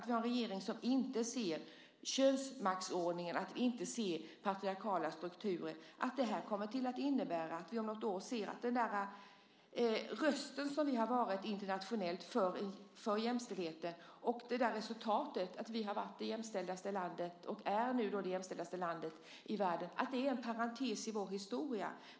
Vi har en regering som inte ser könsmaktsordningen, som inte ser patriarkala strukturer. Vi har varit en röst internationellt för jämställdheten. Resultatet är att vi har varit, och är, det mest jämställda landet i världen. Det här kommer att innebära att vi om något år ser att det är en parentes i vår historia.